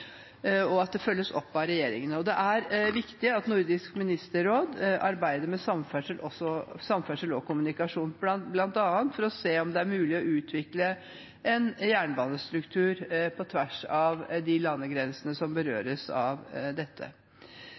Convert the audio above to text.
og at det følges opp av regjeringene. Det er viktig at Nordisk ministerråd arbeider med samferdsel og kommunikasjon, bl.a. for å se om det er mulig å utvikle en jernbanestruktur på tvers av de landegrensene som berøres av dette.